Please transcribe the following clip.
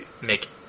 make